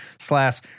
slash